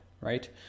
right